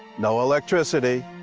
no electricity,